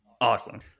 awesome